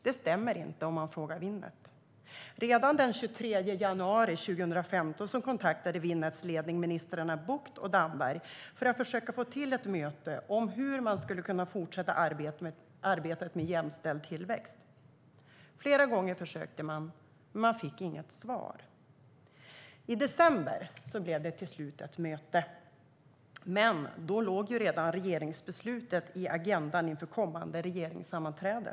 Det stämmer inte, om man frågar Winnet. Redan den 23 januari 2015 kontaktade Winnets ledning ministrarna Bucht och Damberg för att försöka få till ett möte om hur man skulle kunna fortsätta arbetet med jämställd tillväxt. Flera gånger försökte man, men man fick inget svar. I december blev det till slut ett möte. Men då låg regeringsbeslutet redan på agendan inför kommande regeringssammanträde.